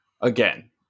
again